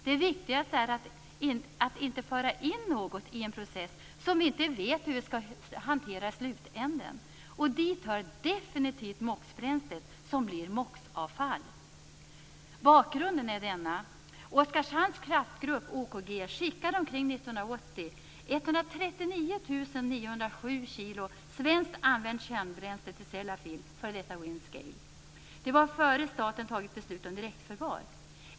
Det viktigaste är att inte föra in något i en process som vi inte vet hur vi skall hantera i slutändan, och dit hör definitivt Bakgrunden är denna: Omkring år 1980 skickade Oskarshamns kraftgrupp, OKG, 139 907 kg svenskt använt kärnbränsle till Sellafield, f.d. Windscale. Det var innan staten fattat beslut om direktförvar.